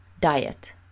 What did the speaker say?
diet